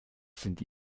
sind